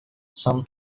some